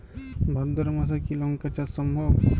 ভাদ্র মাসে কি লঙ্কা চাষ সম্ভব?